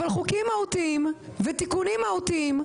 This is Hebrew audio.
אבל חוקים מהותיים ותיקונים מהותיים,